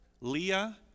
Leah